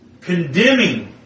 condemning